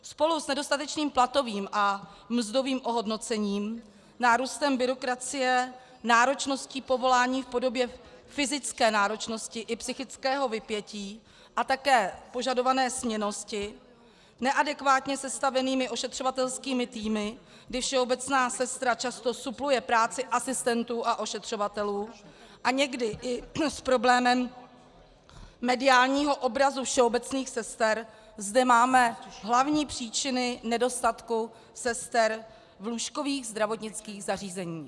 Spolu s nedostatečným platovým a mzdovým ohodnocením, nárůstem byrokracie, náročností povolání v podobě fyzické náročnosti i psychického vypětí a také požadované směnnosti, neadekvátně sestavenými ošetřovatelskými týmy, kdy všeobecná sestra často supluje práci asistentů a ošetřovatelů, a někdy i s problémem mediálního obrazu všeobecných sester zde máme hlavní příčiny nedostatku sester v lůžkových zdravotnických zařízeních.